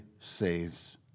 saves